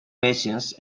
machines